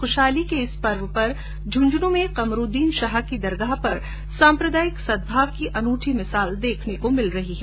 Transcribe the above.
खुशहाली के इस पर्व पर झुन्झुनूं में कमरूद्दीन शाह की दरगाह पर साम्प्रदायिक सदभाव की अनूठी मिसाल देखने को मिल रही है